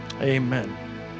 amen